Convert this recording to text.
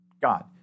God